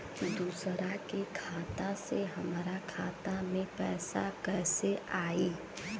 दूसरा के खाता से हमरा खाता में पैसा कैसे आई?